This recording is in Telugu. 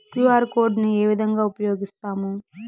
క్యు.ఆర్ కోడ్ ను ఏ విధంగా ఉపయగిస్తాము?